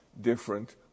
different